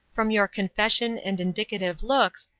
from your confession and indicative looks,